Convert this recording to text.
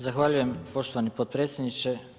Zahvaljujem poštovani potpredsjedniče.